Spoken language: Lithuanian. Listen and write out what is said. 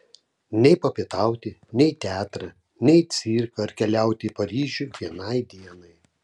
nei papietauti nei į teatrą nei į cirką ar keliauti į paryžių vienai dienai